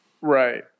Right